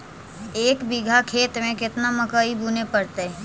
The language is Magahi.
एक बिघा खेत में केतना मकई बुने पड़तै?